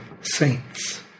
saints